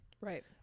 Right